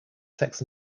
sex